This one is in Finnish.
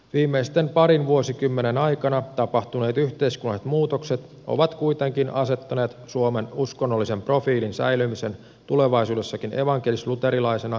viimeisten parin vuosikymmenen aikana tapahtuneet yhteiskunnalliset muutokset ovat kuitenkin asettaneet suomen uskonnollisen profiilin säilymisen tulevaisuudessakin evankelisluterilaisena vaakalaudalle